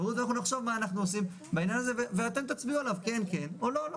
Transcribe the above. נחשוב מה אנחנו עושים בעניין הזה ואתם תצביעו אם כן או לא.